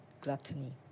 gluttony